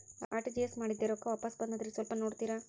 RTGS ಮಾಡಿದ್ದೆ ರೊಕ್ಕ ವಾಪಸ್ ಬಂದದ್ರಿ ಸ್ವಲ್ಪ ನೋಡ್ತೇರ?